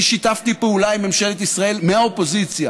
אני שיתפתי פעולה עם ממשלת ישראל מהאופוזיציה